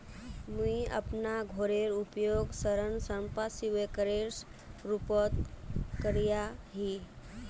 मुई अपना घोरेर उपयोग ऋण संपार्श्विकेर रुपोत करिया ही